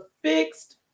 fixed